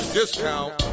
discount